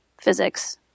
physics